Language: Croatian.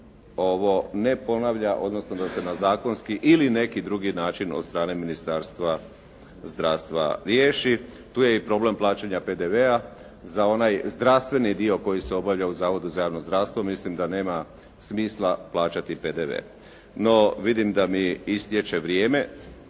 ovo ne ponavlja odnosno da se na zakonski ili neki drugi način od strane Ministarstva zdravstva riješi. Tu je i problem plaćanja PDV-a za onaj zdravstveni dio koji se obavlja u Zavodu za javno zdravstvo, mislim da nema smisla plaćati PDV. No, vidim da mi istječe vrijeme.